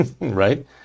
right